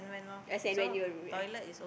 as and when you like